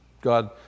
God